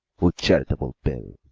with charitable bill